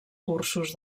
cursos